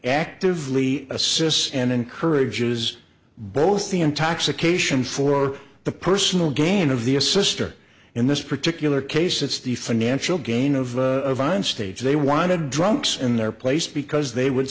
actively assists and encourages both the intoxication for the personal gain of the a sister in this particular case it's the financial gain of vine states they wanted drunks in their place because they would